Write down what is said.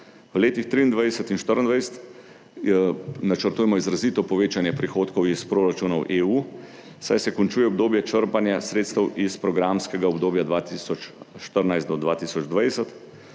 V letih 2023 in 2024 načrtujemo izrazito povečanje prihodkov iz proračunov EU, saj se končuje obdobje črpanja sredstev iz programskega obdobja 2014 do 2020.